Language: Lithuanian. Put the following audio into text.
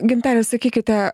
gintare sakykite